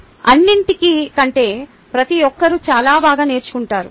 అన్నింటికంటే ప్రతి ఒక్కరూ చాలా బాగా నేర్చుకుంటారు